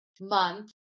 month